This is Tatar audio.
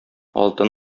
алтын